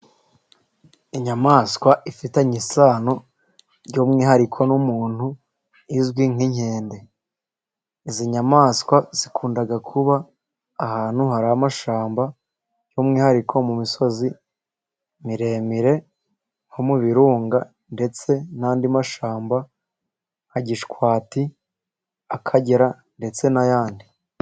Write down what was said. Inyamaswa ifitanye isano by'umwihariko n'umuntu, izwi nk'inkende. Izi nyamaswa zikunda kuba ahantu hari amashyamba, by'umwihariko mu misozi miremire, nko mu birunga ndetse n'andi mashyamba nka gishwati, akagera ndetse n'ayandi.